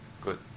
Good